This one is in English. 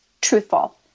truthful